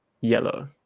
yellow